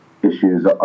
issues